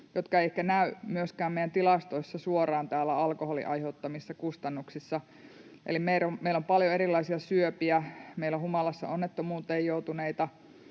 jotka eivät ehkä näy myöskään meidän tilastoissa suoraan täällä alkoholin aiheuttamissa kustannuksissa. Eli meillä on paljon erilaisia syöpiä, meillä on humalassa onnettomuuteen joutuneita,